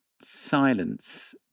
silence